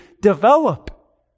develop